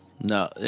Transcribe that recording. no